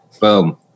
boom